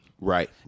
Right